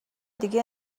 دیگه